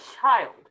child